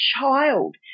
child